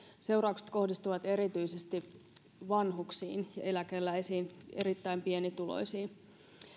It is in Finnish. seuraukset kohdistuvat erityisesti vanhuksiin ja eläkeläisiin erittäin pienituloisiin